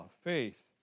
faith